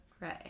Right